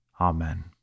Amen